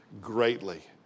greatly